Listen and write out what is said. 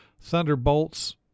Thunderbolts